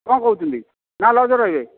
କ'ଣ କହୁଛନ୍ତି ନା ଲଜ୍ରେ ରହିବେ